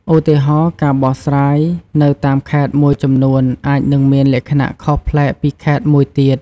ឧទាហរណ៍ ការបកស្រាយនៅតាមខេត្តមួយចំនួនអាចនឹងមានលក្ខណៈខុសប្លែកពីខេត្តមួយទៀត។